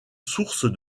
source